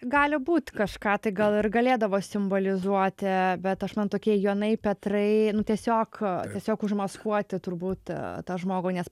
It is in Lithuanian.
gali būti kažką tai gal ir galėdavo simbolizuoti bet aš man tokie jonai petrai nu tiesiog tiesiog užmaskuoti turbūt tą žmogų nes